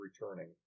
returning